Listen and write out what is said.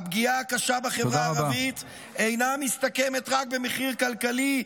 הפגיעה הקשה בחברה הערבית אינה מסתכמת רק במחיר כלכלי,